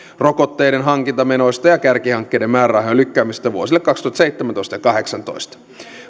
rokotteiden hankintamenoista ja kärkihankkeiden määrärahojen lykkäämisestä vuosille kaksituhattaseitsemäntoista ja kahdeksantoista